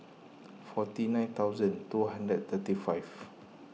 forty nine thousand two hundred twenty five